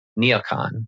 Neocon